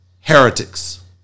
heretics